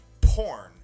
porn